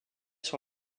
sur